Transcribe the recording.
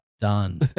done